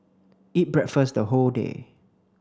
eat breakfast the whole day